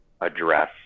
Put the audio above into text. address